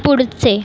पुढचे